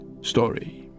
story